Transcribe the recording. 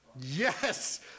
Yes